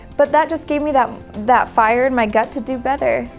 but that just gave me that that fire in my gut to do better.